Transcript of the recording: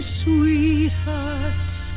sweethearts